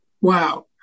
wow